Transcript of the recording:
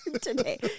today